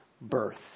birth